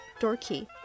DOORKey